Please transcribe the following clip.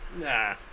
Nah